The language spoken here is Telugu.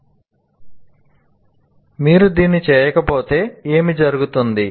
' మీరు దీన్ని చేయకపోతే ఏమి జరుగుతుంది